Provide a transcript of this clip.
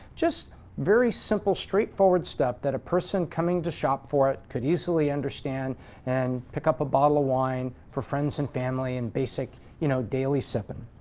just very simple, straight-forward stuff that person coming to shop for it could easily understand and pick up a bottle of wine for friends and family and basic you know daily sipping.